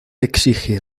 exige